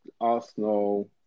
Arsenal